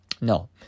No